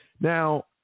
Now